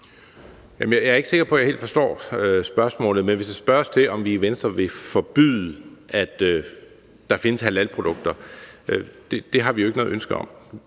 Jeg er ikke sikker på, at jeg helt forstår spørgsmålet, men hvis der spørges om, om vi i Venstre vil forbyde, at der findes halalprodukter, vil jeg sige, at det har vi jo ikke noget ønske om.